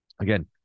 Again